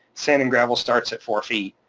sand and gravel starts at four feet,